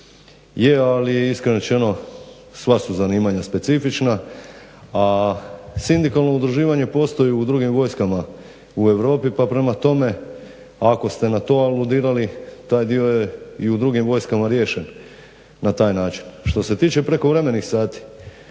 Je, ali iskreno rečeno sva su zanimanja specifična, a sindikalno udruživanje postoji u drugim vojskama u Europi pa prema tome ako ste na to aludirali taj dio je i u drugim vojskama riješen na taj način. Što se tiče prekovremenih sati,